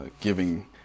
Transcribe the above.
giving